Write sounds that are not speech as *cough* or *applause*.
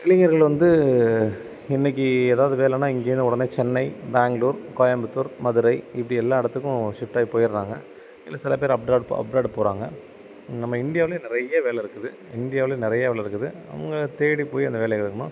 இளைஞர்கள் வந்து என்றைக்கி எதாவது வேலைன்னா இங்கேருந்து உடனே சென்னை பேங்களூர் கோயம்புத்தூர் மதுரை இப்படி எல்லா இடத்துக்கும் ஷிப்ட் ஆகி போயிடுறாங்க இல்லை சில பேர் அப்ராட் அப்ராடு போகிறாங்க நம்ம இந்தியாவுலே நிறைய வேலை இருக்குது இந்தியாவுலே நிறையா வேலை இருக்குது அவங்க தேடி போய் அந்த வேலையை *unintelligible*